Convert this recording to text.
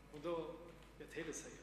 כבודו יתחיל לסיים.